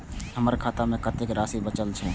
हमर खाता में कतेक राशि बचल छे?